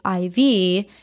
IV